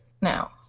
now